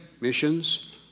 missions